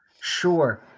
Sure